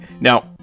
Now